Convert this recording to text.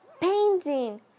painting